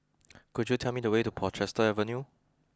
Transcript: could you tell me the way to Portchester Avenue